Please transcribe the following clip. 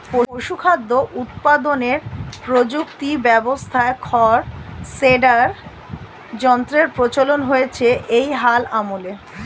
পশুখাদ্য উৎপাদনের প্রযুক্তি ব্যবস্থায় খড় শ্রেডার যন্ত্রের প্রচলন হয়েছে এই হাল আমলে